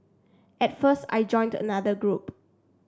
at first I joined another group